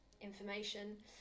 information